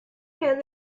can